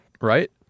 right